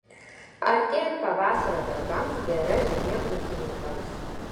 artėjant pavasario darbams gera žinia ūkininkams